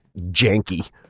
janky